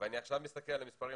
ואני עכשיו מסתכל על המספרים,